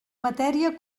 matèria